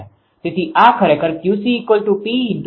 તેથી આ ખરેખર 𝑄𝐶 𝑃 tan𝜃1−𝑃 tan𝜃2 છે